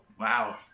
Wow